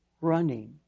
running